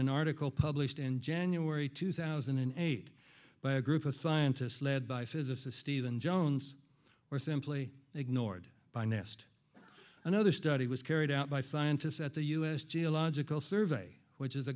an article published in january two thousand and eight by a group of scientists led by physicists even jones or simply ignored by nest another study was carried out by scientists at the u s geological survey which is a